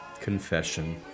confession